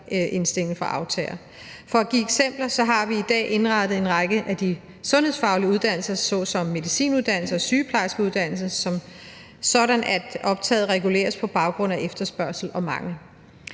indstilling fra aftagerne. For at give et eksempel, vil jeg nævne, at vi i dag har indrettet en række af de sundhedsfaglige uddannelser såsom medicinuddannelsen og sygeplejerskeuddannelsen, sådan at optaget reguleres på baggrund af efterspørgsel og mangel.